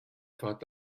thought